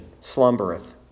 slumbereth